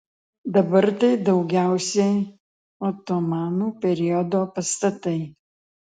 dabar tai daugiausiai otomanų periodo pastatai